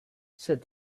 said